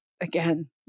again